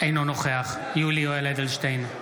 אינו נוכח יולי יואל אדלשטיין,